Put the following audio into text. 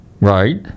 Right